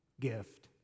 gift